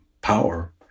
power